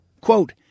Quote